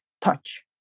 touch